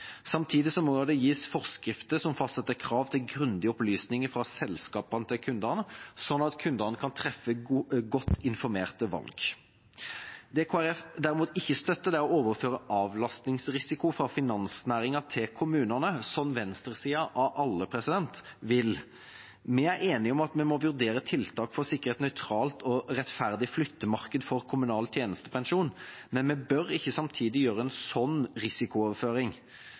må det også gis forskrift som fastsetter krav til grundig opplysning fra selskapene til kundene, slik at kundene kan treffe godt informerte valg. Det Kristelig Folkeparti derimot ikke støtter, er å overføre avlastningsrisiko fra finansnæringen til kommunene, som venstresida – av alle – vil. Vi er enig i at vi må vurdere tiltak for å sikre et nøytralt og rettferdig flyttemarked for kommunal tjenestepensjon, men vi bør ikke samtidig gjøre en slik risikooverføring.